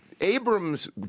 Abrams